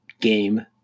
game